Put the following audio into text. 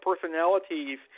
personalities